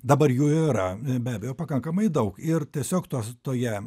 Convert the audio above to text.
dabar jų yra be abejo pakankamai daug ir tiesiog tos toje